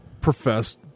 professed